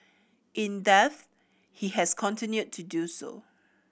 in death he has continued to do so